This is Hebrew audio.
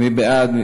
מי בעד?